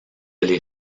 les